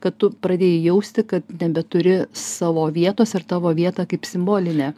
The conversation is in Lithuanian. kad tu pradėjai jausti kad nebeturi savo vietos ir tavo vieta kaip simbolinė